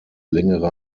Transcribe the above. längere